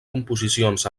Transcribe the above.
composicions